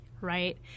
right